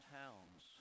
towns